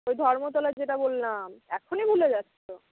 ওই ধর্মতলার যেটা বললাম এক্ষনি ভুলে যাচ্ছ